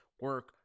Work